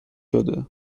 شده